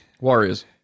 Warriors